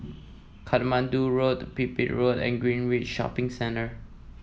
Katmandu Road Pipit Road and Greenridge Shopping Centre